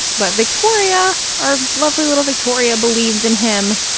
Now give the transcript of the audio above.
but victoria, our lovely little victoria, believes in him.